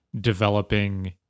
developing